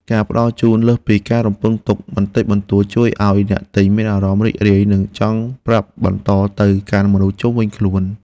ការផ្តល់ជូនលើសពីការរំពឹងទុកបន្តិចបន្តួចជួយឱ្យអ្នកទិញមានអារម្មណ៍រីករាយនិងចង់ប្រាប់បន្តទៅកាន់មនុស្សជុំវិញខ្លួន។